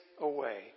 away